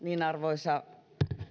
arvoisa